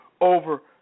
over